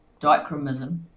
dichromism